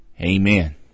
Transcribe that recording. amen